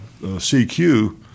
CQ